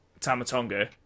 Tamatonga